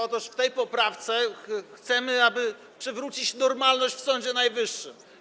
Otóż w tej poprawce chcemy przywrócić normalność w Sądzie Najwyższym.